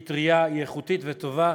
היא טרייה, היא איכותית וטובה.